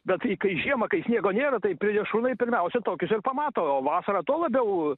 bet tai kai žiemą kai sniego nėra tai plėšrūnai pirmiausia tokius ir pamato o vasarą tuo labiau